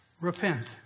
Repent